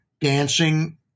dancing